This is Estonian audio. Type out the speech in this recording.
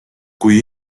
kui